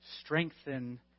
strengthen